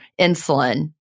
insulin